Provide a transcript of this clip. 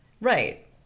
Right